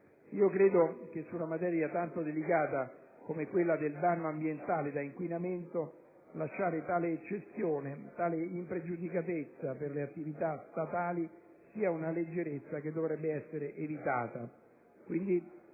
Credo che su una materia tanto delicata come quella del danno ambientale da inquinamento, lasciare tale eccezione, tale impregiudicatezza per le attività statali, sia una leggerezza che dovrebbe essere evitata.